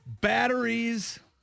Batteries